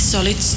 Solid